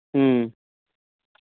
ఎనిమిది ఫ్యామిలీ ప్యాక్లు కావాలి